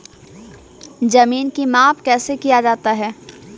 जमीन की माप कैसे किया जाता हैं?